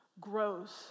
grows